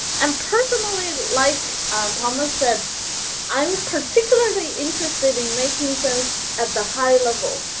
and personally like thomas that i'm particularly interested in making sense at the high level,